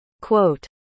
quote